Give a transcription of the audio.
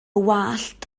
wallt